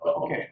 Okay